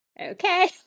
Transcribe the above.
Okay